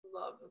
love